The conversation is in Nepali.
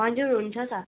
हजुर हुन्छ त